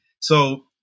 So-